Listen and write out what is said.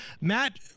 Matt